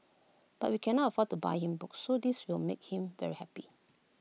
but we cannot afford to buy him books so this will make him very happy